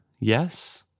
Yes